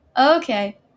Okay